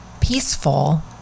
peaceful